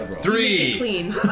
three